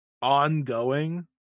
ongoing